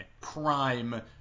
prime